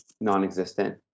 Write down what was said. non-existent